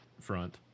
front